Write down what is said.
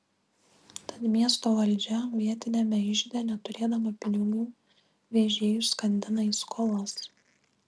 tad miesto valdžia vietiniame ižde neturėdama pinigų vežėjus skandina į skolas